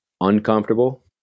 uncomfortable